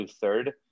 third